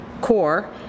core